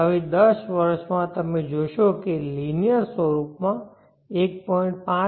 હવે 10 વર્ષમાં તમે જોશો કે આ લિનિયર સ્વરૂપ માં 1